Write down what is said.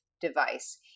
device